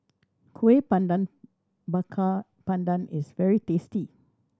Kueh Pandan Bakar Pandan is very tasty